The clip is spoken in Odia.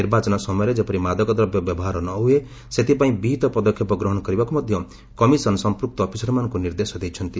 ନିର୍ବାଚନ ସମୟରେ ଯେପରି ମାଦକଦ୍ରବ୍ୟ ବ୍ୟବହାର ନହୁଏ ସେଥିପାଇଁ ବିହିତ ପଦକ୍ଷେପ ଗ୍ରହଣ କରିବାକୁ ମଧ୍ୟ କମିଶନ ସଂପୃକ୍ତ ଅଫିସରମାନଙ୍କୁ ନିର୍ଦ୍ଦେଶ ଦେଇଛନ୍ତି